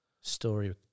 story